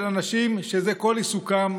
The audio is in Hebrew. אנשים שזה כל עיסוקם,